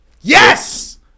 yes